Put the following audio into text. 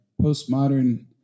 postmodern